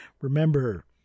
Remember